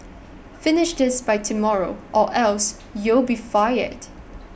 finish this by tomorrow or else you'll be fired